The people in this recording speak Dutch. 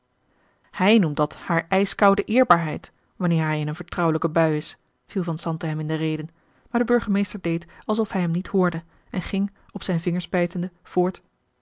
hij noemt dat haar ijskoude eerbaarheid wanneer hij in een vertrouwelijke bui is viel van zanten hem in de rede maar de burgemeester deed alsof hij hem niet hoorde en ging op zijn vingers bijtende voort